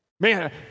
Man